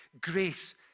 Grace